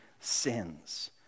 sins